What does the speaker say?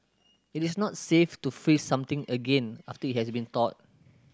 it is not safe to freeze something again after it has been thawed